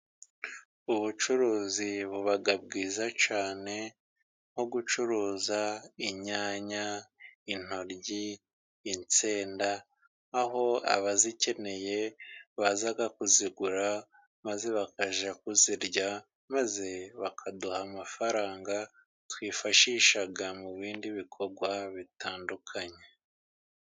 Ubucuruzi buba bwiza cyane nko gucuruza inyanya, intoryi, insenda, aho abazikeneye baza kuzigura, maze bakajya kuzirya, maze bakaduha amafaranga twifashisha mu bindi bikorwa bitandukanye.